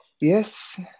Yes